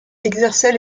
exerçait